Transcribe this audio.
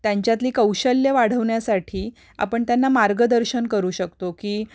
त्यांच्यातली कौशल्य वाढवण्यासाठी आपण त्यांना मार्गदर्शन करू शकतो की